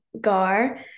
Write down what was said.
GAR